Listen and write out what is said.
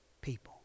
people